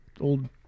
old